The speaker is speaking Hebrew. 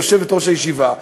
יושבת-ראש הישיבה,